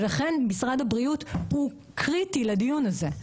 ולכן משרד הבריאות הוא קריטי לדיון הזה.